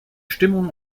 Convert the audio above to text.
stimmung